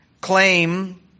claim